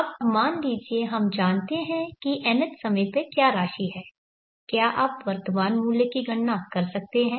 अब मान लीजिए हम जानते हैं कि nth समय पर में क्या राशि है क्या आप वर्तमान मूल्य की गणना कर सकते हैं